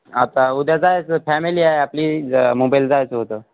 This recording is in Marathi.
आता उद्या जायचं फॅमिली आहे आपली मुंबईला जायचं होतं